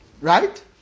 Right